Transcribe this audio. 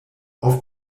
auf